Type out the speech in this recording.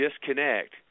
disconnect